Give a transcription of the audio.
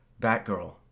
Batgirl